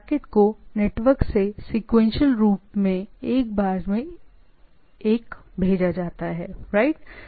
packet को network से sequential रूप मैं एक बार मै एक भेजा जाता है राइट